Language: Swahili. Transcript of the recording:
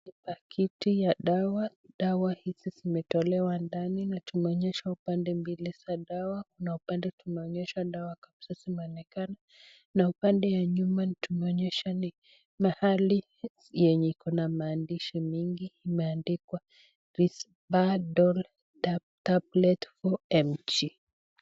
Ni pakiti ya dawa, dawa hizi zimetolewa ndani na tumeonyeshwa upande mbili za dawa, kuna upande tumeonyeshwa dawa kabisa zimeonekana na upande ya nyuma tumeonyeshwa ni mahali yenye iko na maandishi mingi, imeandikwa Risperdal Tablets 4mg .